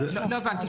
לא הבנתי.